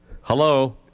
Hello